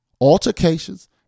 altercations